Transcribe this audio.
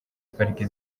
pariki